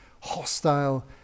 hostile